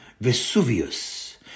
Vesuvius